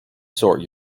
sort